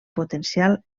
potencial